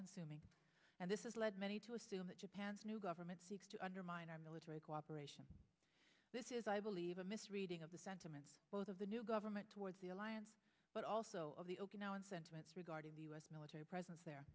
consuming and this is led many to assume that japan's new government seeks to undermine our military cooperation this is i believe a misreading of the sentiment both of the new government towards the alliance but also of the sentiments regarding the us military presence there